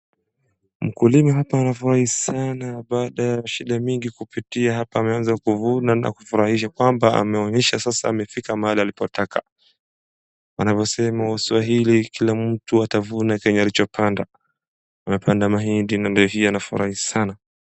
Mkulima hapa anafurahi sana baada ya shida mingi kupitia ameaza kuvuna na kufurahi kwamba ameonyesha sasa amefika mahali alipotaka. Wanavyosema waswahili kila mtu atavuna chenye alichopanda, amepanda mahindi na ndio hiyo anafurahi sana.